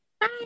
Bye